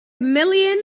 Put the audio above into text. million